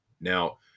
Now